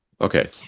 Okay